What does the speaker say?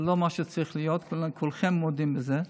לא מה שהיא צריכה להיות, כולכם מודים בזה.